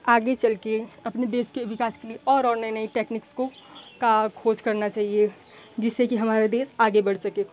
आगे चल के अपने देश के विकास के लिए और और नई नई टेक्नीक्स को का खोज करना चाहिए जिससे कि हमारा देश आगे बढ़ सके